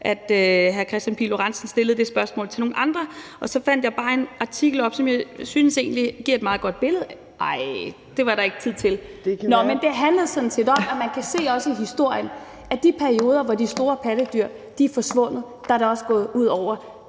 at hr. Kristian Pihl Lorentzen også stillede det spørgsmål til nogle andre. Derfor fandt jeg en artikel, som jeg egentlig synes giver et meget godt billede af det – nej, det er der ikke tid til. Det handlede sådan set om, at man kan se af historien, at i de perioder, hvor de store pattedyr er forsvundet, er det også gået ud over